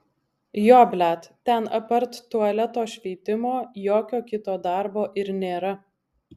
jo blet ten apart tualeto šveitimo jokio kito darbo ir nėra